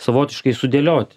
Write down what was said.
savotiškai sudėlioti